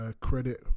credit